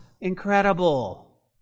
incredible